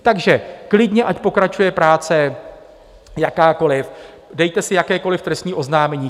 Takže klidně ať pokračuje jakákoliv práce, dejte si jakékoliv trestní oznámení.